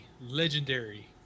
legendary